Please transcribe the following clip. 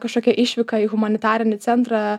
kažkokią išvyką į humanitarinį centrą